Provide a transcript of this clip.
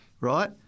Right